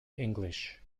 english